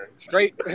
Straight